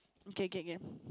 okay kay can